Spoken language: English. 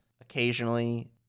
occasionally